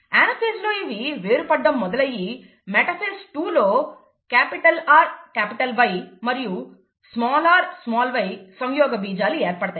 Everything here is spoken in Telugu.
అనాఫేజ్ లో ఇవి వేరుపడడం మొదలయ్యి మెటాఫేజ్ 2 లో RY మరియు ry సంయోగబీజాలు ఏర్పడతాయి